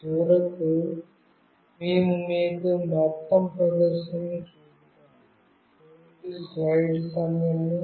చివరకు మేము మీకు మొత్తం ప్రదర్శనను చూపుతాము